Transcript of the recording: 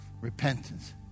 repentance